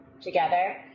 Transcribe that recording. together